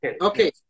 Okay